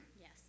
Yes